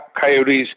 coyotes